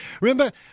remember